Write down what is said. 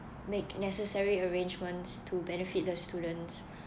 make necessary arrangements to benefit the students